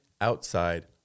outside